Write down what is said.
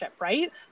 right